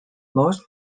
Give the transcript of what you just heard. most